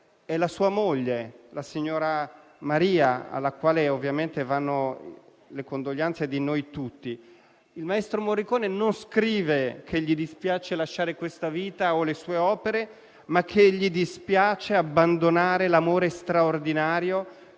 è sua moglie, la signora Maria, alla quale ovviamente vanno le condoglianze di noi tutti. Il maestro Morricone non scrive che gli dispiace lasciare questa vita o le sue opere, ma che gli dispiace abbandonare «l'amore straordinario